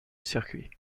circuits